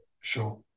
sure